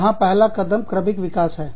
यहां पहला कदम क्रमिक विकास है